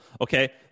Okay